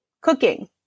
cooking